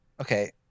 Okay